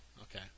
Okay